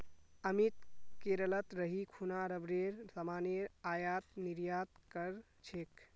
अमित केरलत रही खूना रबरेर सामानेर आयात निर्यात कर छेक